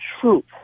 truth